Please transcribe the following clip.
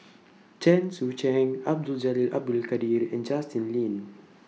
Chen Sucheng Abdul Jalil Abdul Kadir and Justin Lean